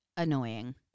Annoying